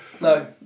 No